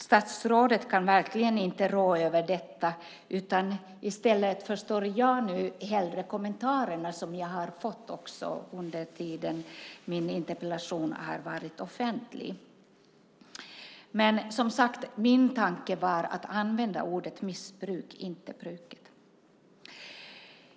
Statsrådet kan verkligen inte rå för detta. Jag förstår nu de kommentarer som jag har fått under tiden som min interpellation har varit offentlig. Men min tanke var, som sagt, att använda ordet "missbruket", inte "bruket".